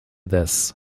this